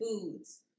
foods